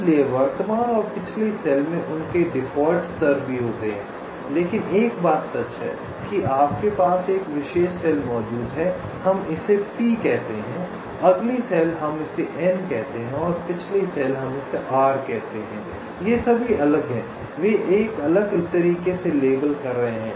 इसलिए वर्तमान और पिछली सेल में उनके डिफ़ॉल्ट स्तर भी होते हैं लेकिन एक बात सच है कि आपके पास एक विशेष सेल मौजूद है हम इसे P कहते हैं अगली सेल हम इसे N कहते हैं और पिछली सेल हम इसे R कहते हैं ये सभी अलग हैं वे एक अलग तरीके से लेबल कर रहे हैं